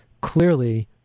clearly